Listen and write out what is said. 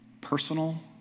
personal